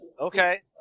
Okay